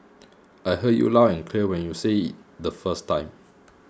I heard you loud and clear when you say the first time